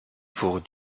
pour